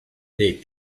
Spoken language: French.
les